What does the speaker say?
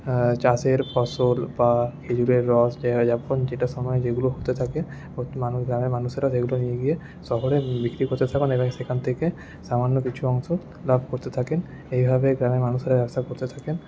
চাষের ফসল বা খেজুরের রস যখন যেটা সময় যেগুলো হতে থাকে মানুষ গ্রামের মানুষরা সেগুলো নিয়ে গিয়ে শহরে বিক্রি করতে এবং সেখান থেকে সামান্য কিছু অংশ লাভ করতে থাকেন এইভাবে গ্রামের মানুষরা ব্যবসা করতে থাকেন